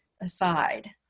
aside